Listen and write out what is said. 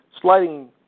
sliding